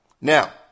Now